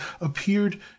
appeared